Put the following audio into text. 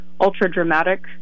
ultra-dramatic